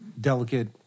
delicate